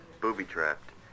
booby-trapped